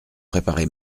préparé